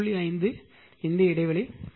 5 இந்த இடைவெளி 0